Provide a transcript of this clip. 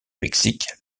mexique